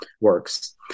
works